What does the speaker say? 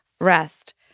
rest